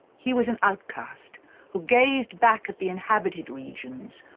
he was an outcast who gazed back at the inhabited regions,